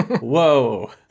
Whoa